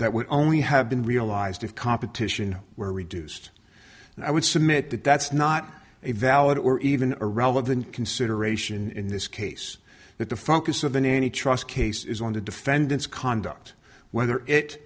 that would only have been realized if competition where reduced and i would submit that that's not a valid or even irrelevant consideration in this case that the focus of the nanny trust case is on the defendant's conduct whether it